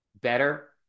better